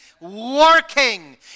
Working